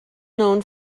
known